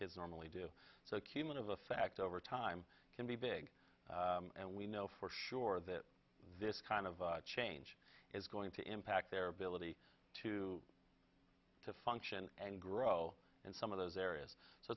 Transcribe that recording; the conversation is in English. kids normally do so cumulative effect over time can be big and we know for sure that this kind of change is going to impact their ability to to function and grow and some of those areas so